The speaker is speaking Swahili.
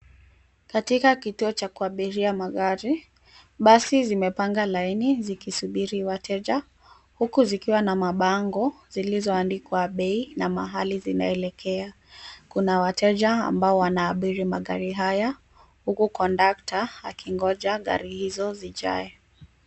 Katika kituo cha kuabiria magari, basi zimepanga laini zikisubiri wateja huku zikiwa na mabango zilizoandikwa bei na mahali zinaelekea. Kuna wateja ambao wanaabiri magari haya huku kondakta akingoja gari hizo zijae.